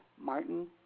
Martin